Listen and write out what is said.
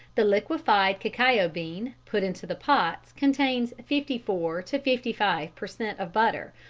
the liquified cacao bean put into the pots contains fifty four to fifty five per cent. of butter,